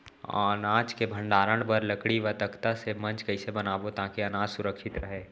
अनाज के भण्डारण बर लकड़ी व तख्ता से मंच कैसे बनाबो ताकि अनाज सुरक्षित रहे?